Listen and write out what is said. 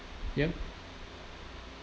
yup